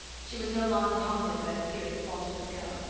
she was no longer haunted by the fear that walter would go.